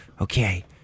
Okay